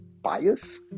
bias